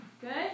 Good